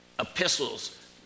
epistles